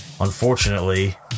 Unfortunately